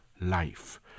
life